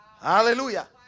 Hallelujah